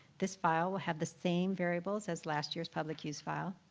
this file will have the same variables as last year's public use file.